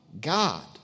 God